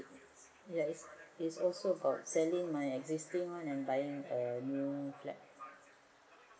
yes it's also got selling my existing one and buying a new flat